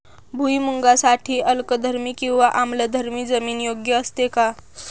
भुईमूगासाठी अल्कधर्मी किंवा आम्लधर्मी जमीन योग्य असते का?